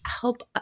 help